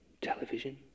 television